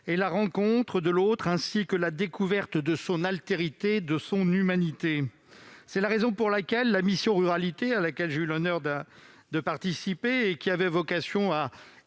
la rencontre de l'autre et, ainsi, la découverte de son altérité et de son humanité. C'est précisément pour cette raison que la mission Ruralité, à laquelle j'ai eu l'honneur de participer et qui avait vocation à